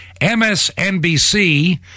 MSNBC